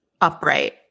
upright